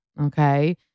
Okay